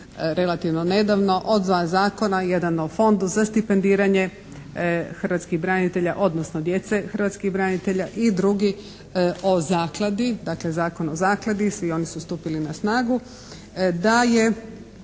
relativno nedavno o 2 zakona. Jedan o Fondu za stipendiranje hrvatskih branitelja odnosno djece hrvatskih branitelja. I drugi o zakladi dakle Zakon o zakladi. Svi oni su stupili na snagu. Da je